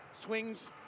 Swings